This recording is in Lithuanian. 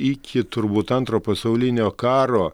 iki turbūt antro pasaulinio karo